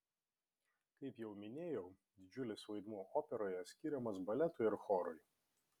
kaip jau minėjau didžiulis vaidmuo operoje skiriamas baletui ir chorui